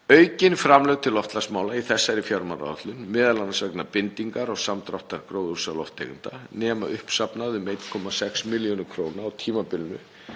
Aukin framlög til loftslagsmála í þessari fjármálaáætlun, m.a. vegna bindingar og samdráttar gróðurhúsalofttegunda, nema uppsafnað um 1,6 milljörðum kr. á tímabilinu